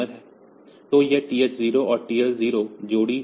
तो यह TH0 और TL0 रजिस्टर जोड़ी है